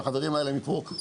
שהחברים האלה פה,